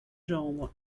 jambe